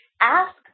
ask